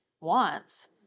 wants